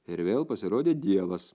ir vėl pasirodė dievas